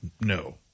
No